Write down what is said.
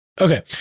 Okay